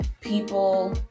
People